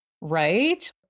Right